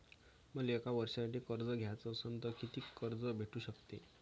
मले एक वर्षासाठी कर्ज घ्याचं असनं त कितीक कर्ज भेटू शकते?